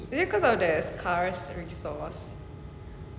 is it cause of the current resource